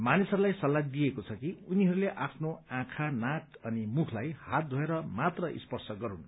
मानिसहरूलाई सल्लाह दिइएको छ कि उनीहरूले आफ्नो आँखा नाक अनि मुखलाई हात धोएर मात्र स्पर्श गरूनु